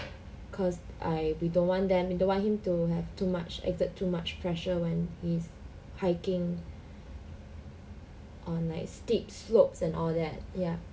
cause I we don't want them we don't want him to have too much exert too much pressure when he's hiking on like steep slopes and all that ya